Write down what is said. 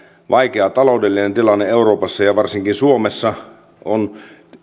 vaikea taloudellinen tilanne euroopassa ja varsinkin suomessa on